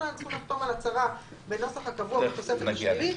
צריכים לחתום על הצהרה בנוסח הקבוע בתוספת השלישית.